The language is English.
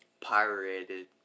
pirated